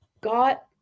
got